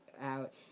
out